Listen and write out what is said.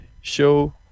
show